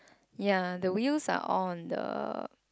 ya the wheels are all on the